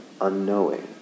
unknowing